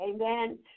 Amen